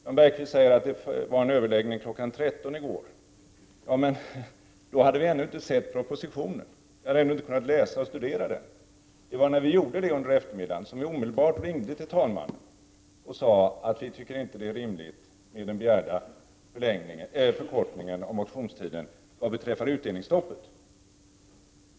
Jan Bergqvist sade att det var en överläggning kl. 13.00 i går. Då hade vi emellertid ännu inte sett propositionen. Vi hade ännu inte kunnat läsa och studera den. När vi hade gjort det under eftermiddagen, ringde vi omedelbart till talmannen och sade att vi inte tycker att det är rimligt med den begärda förkortningen av motionstiden vad beträffar förslaget om utdelningsstopp.